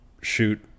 shoot